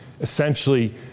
essentially